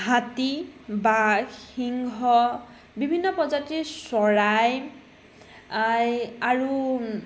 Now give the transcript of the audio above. হাতী বাঘ সিংহ বিভিন্ন প্ৰজাতিৰ চৰাই আই আৰু